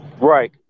right